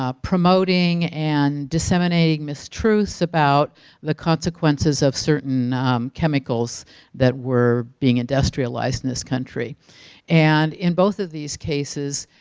ah promoting and disseminating mistruths about the consequences of certain chemicals that were being industrialized in this country and in both of these cases,